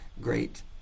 great